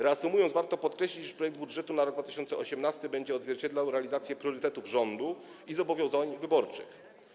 Reasumując, warto podkreślić, iż projekt budżetu na rok 2018 będzie odzwierciedlał realizację priorytetów rządu i zobowiązań wyborczych.